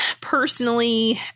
Personally